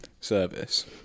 service